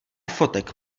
fotek